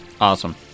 awesome